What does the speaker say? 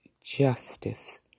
justice